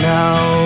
now